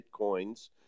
Bitcoins